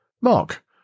Mark